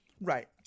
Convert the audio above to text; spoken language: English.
right